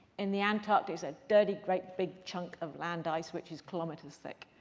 and the antarctic's a dirty, great big chunk of land ice which is kilometers thick.